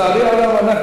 לצערי הרב,